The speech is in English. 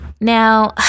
Now